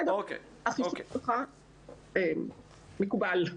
החישוב שלך מקובל.